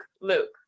Luke